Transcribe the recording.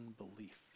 unbelief